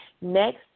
next